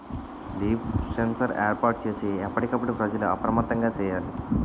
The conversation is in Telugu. లీఫ్ సెన్సార్ ఏర్పాటు చేసి ఎప్పటికప్పుడు ప్రజలు అప్రమత్తంగా సేయాలి